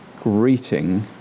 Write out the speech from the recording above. greeting